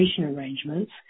arrangements